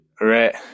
Right